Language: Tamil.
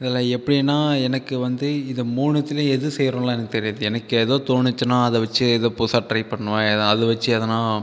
இதில் எப்படின்னா எனக்கு வந்து இது மூணுதிலையும் எது செய்றோன்லாம் எனக்கு தெரியாது எனக்கு ஏதோ தோணுச்சுன்னால் அதை வச்சு ஏதோ புதுசாக ட்ரை பண்ணுவேன் எதை அதை வச்சு எதனா